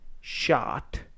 shot